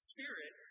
Spirit